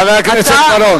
חבר הכנסת בר-און.